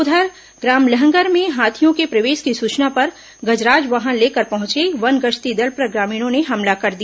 उधर ग्राम लहंगर में हाथियों के प्रवेश की सूचना पर गजराज वाहन लेकर पहुंचे वन गश्ती दल पर ग्रामीणों ने हमला कर दिया